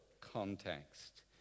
context